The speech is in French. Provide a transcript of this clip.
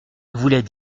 voulait